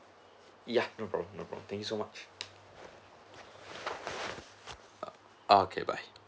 ya no problem no problem thank you so much okay bye